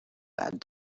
bad